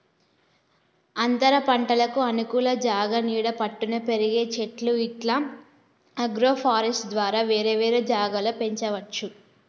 అంతరపంటలకు అనుకూల జాగా నీడ పట్టున పెరిగే చెట్లు ఇట్లా అగ్రోఫారెస్ట్య్ ద్వారా వేరే వేరే జాగల పెంచవచ్చు